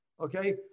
okay